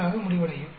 67 ஆக முடிவடையும்